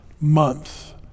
month